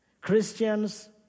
Christians